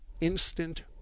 instant